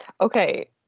Okay